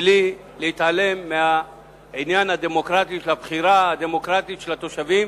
בלי להתעלם מהעניין הדמוקרטי של הבחירה הדמוקרטית של התושבים.